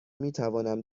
میتوانم